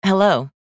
Hello